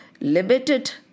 limited